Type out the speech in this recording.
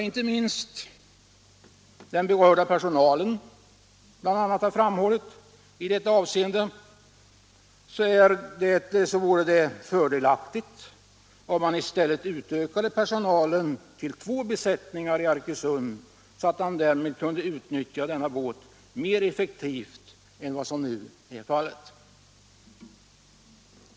Inte minst den berörda personalen har i detta sammanhang framhållit att det vore fördelaktigt om man i stället utökade personalen till två besättningar i Arkösund, så att man därigenom kunde utnyttja den båt som är baserad där mer effektivt än vad som nu är fallet.